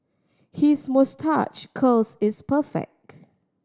his moustache curls is perfect